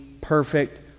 perfect